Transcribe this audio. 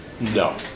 No